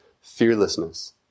fearlessness